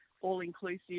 all-inclusive